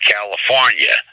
California